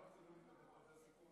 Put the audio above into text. לא מקציבים לי דקות,